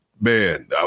man